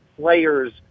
players